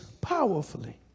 powerfully